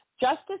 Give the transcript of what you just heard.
Justice